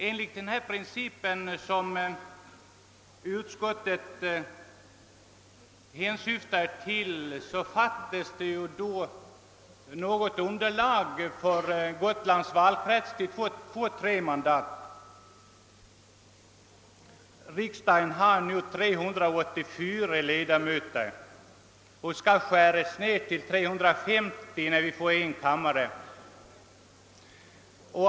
Enligt den princip som utskottet hänvisar till finns det inte underlag för tre mandat i Gotlands valkrets. Riksdagen har nu 384 ledamöter. Antalet skall skäras ned till 350 när vi får en kammare.